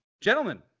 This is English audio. Gentlemen